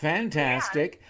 Fantastic